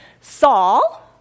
Saul